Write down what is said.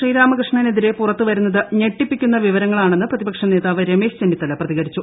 ശ്രീരാമകൃഷ്ണനെതിരേ പുറത്തുവരുന്നത് ഞെട്ടിപ്പിക്കുന്ന വിവരങ്ങളാണെന്ന് പ്രതിപക്ഷ നേതാവ് രമേശ് ചെന്നിത്തല പ്രതികരിച്ചു